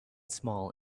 small